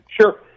Sure